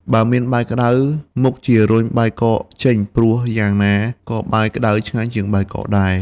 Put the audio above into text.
បើមានបាយក្ដៅ មុខជារុញបាយកកចេញ ព្រោះយ៉ាងណា ក៏បាយក្ដៅឆ្ងាញ់ជាងបាយកកដែរ។